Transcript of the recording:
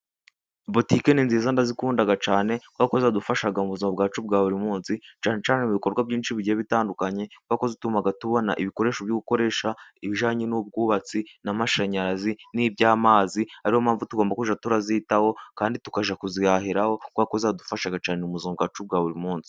Butike ni nziza ndazikunda cyane kuko zadufasha mu buzima bwacu bwa buri munsi cyane cyane ibikorwa byinshi bigiye bitandukanye kuko zituma tubona ibikoresho byo gukoresha ibijyananye n'ubwubatsi, n'amashanyarazi, n'iby'amazi. Ari yo mpamvu tugomba kujya turazitaho kandi tukajya kuzihahiraho kuko kuzadufasha agacana bwacu bwa buri munsi.